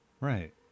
Right